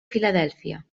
filadèlfia